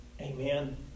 amen